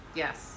yes